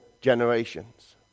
generations